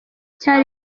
cyari